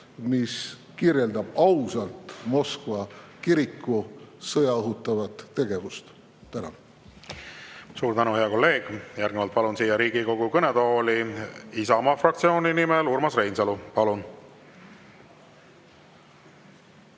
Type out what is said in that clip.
mis kirjeldab ausalt Moskva kiriku sõda õhutavat tegevust. Tänan! Suur tänu, hea kolleeg! Järgnevalt palun siia Riigikogu kõnetooli Isamaa fraktsiooni nimel kõnelema Urmas Reinsalu. Palun!